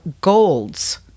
golds